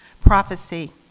Prophecy